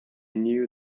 knew